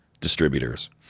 distributors